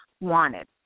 wanted